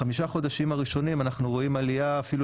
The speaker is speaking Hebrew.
בחמשת החודשים הראשונים אנחנו רואים עלייה שהיא אפילו